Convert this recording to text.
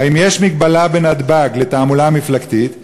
האם יש מגבלה על תעמולה מפלגתית בנתב"ג?